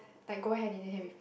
like go hand in hand with